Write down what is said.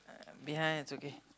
behind is okay